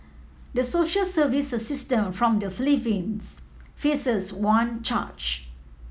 the social service assistant from the Philippines faces one charge